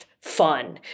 fun